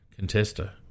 contester